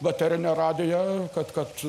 baterine radija kad kad